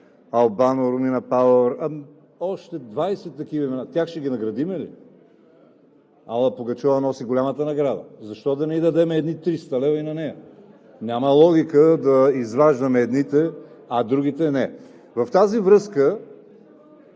Ал Бано и Ромина Пауър – още 20 такива имена. Тях ще ги наградим ли? Алла Пугачова носи голямата награда. Защо да не ѝ дадем едни 300 лв. и на нея? Няма логика да изваждаме едните, а другите – не. В тази връзка…